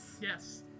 Yes